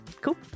cool